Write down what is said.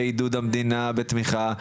בעידוד המדינה ובתמיכה,